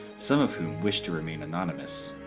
some of whom wish to remain anonymous.